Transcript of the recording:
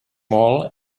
mall